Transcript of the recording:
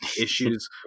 issues